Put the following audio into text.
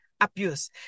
Abuse